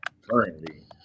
currently